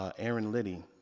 ah aaron liddey,